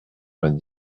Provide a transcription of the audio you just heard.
vingt